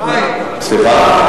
סליחה?